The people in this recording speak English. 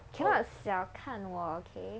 cannot 小看我 okay